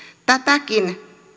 tätäkin